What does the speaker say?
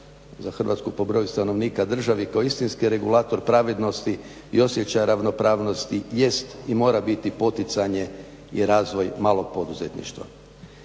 za Hrvatsku po broju stanovnika državi koja je istinski regulator pravednosti i osjećaja ravnopravnosti jest i mora biti poticanje i razvoj malog poduzetništva.